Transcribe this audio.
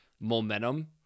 momentum